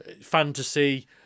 fantasy